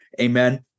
Amen